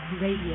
Radio